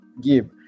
give